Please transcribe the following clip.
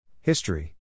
History